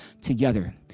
together